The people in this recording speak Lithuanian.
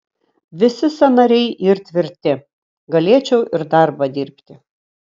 visi sąnariai yr tvirti galėčiau ir darbą dirbti